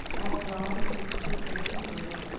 after all the cooks were safe in bed,